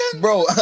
Bro